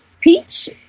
Peach